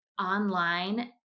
online